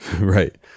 Right